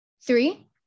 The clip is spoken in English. Three